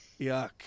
Yuck